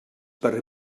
per